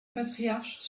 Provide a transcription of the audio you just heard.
patriarche